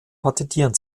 patentieren